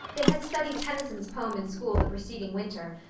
they had studied tennyson's poem in school the preceding winter,